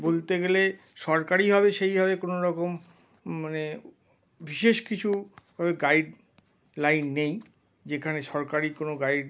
বলতে গেলে সরকারিভাবে সেইভাবে কোনোরকম মানে বিশেষ কিছু গাইডলাইন নেই যেখানে সরকারি কোনো গাইড